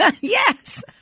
Yes